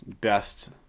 best